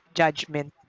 judgment